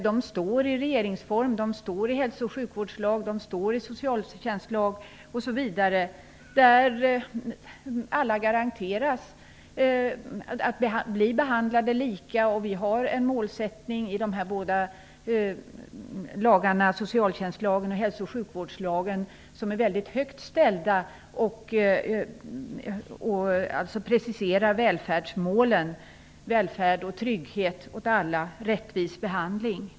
De anges i regeringsformen, i hälso och sjukvårdslagen, socialtjänstlagen, osv. Alla garanteras lika behandling, och målen i socialtjänstlagen och hälso och sjukvårdslagen är mycket högt satta, och de preciserar välfärdsmålen - välfärd och trygghet åt alla samt rättvis behandling.